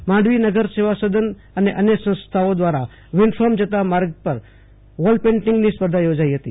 માંડવી નગર સેવા સદન અને અન્ય સંસ્થાઓ દ્વારા વિન્ડફાર્મ જતા માર્ગ પર આજે વોલ પેન્ટીંગ સ્પર્ધા યોજાઈ હતી